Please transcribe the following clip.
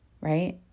right